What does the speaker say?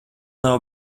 nav